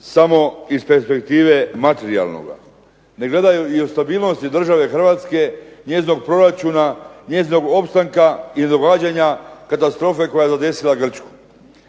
samo iz perspektive materijalnoga, ne gledaju i u stabilnost države Hrvatske, njezinog proračuna, njezinog opstanka i događanja katastrofe koja je zadesila Grčku.